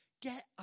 get